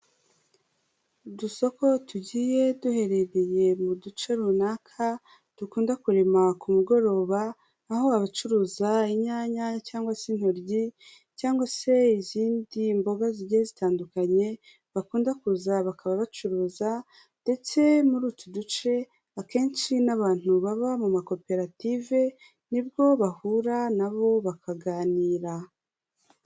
Udusoko tugiye duherereye mu duce runaka dukunda kurema ku mugoroba aho abacuruza inyanya cyangwa se intoryi cyangwa se izindi mboga zigiye zitandukanye bakunda kuza bakaba bacuruza ndetse muri utu duce akenshi n'abantu baba mu makoperative, nibwo bahura nabo bakaganira.